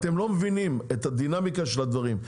אתם לא מבינים את הדינמיקה של הדברים.